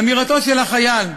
אמירתו של החייל,